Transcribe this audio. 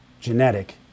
genetic